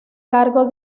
cargo